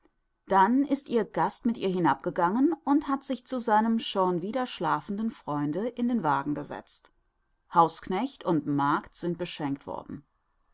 dann ist ihr gast mit ihr hinabgegangen und hat sich zu seinem schon wieder schlafenden freunde in den wagen gesetzt hausknecht und magd sind beschenkt worden